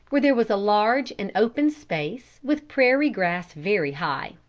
where there was a large and open space, with prairie grass very high.